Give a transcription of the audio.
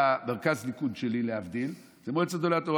מרכז הליכוד שלי, להבדיל, זה מועצת גדולי התורה.